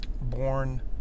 Born